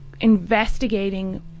investigating